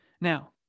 Now